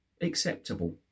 acceptable